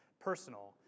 personal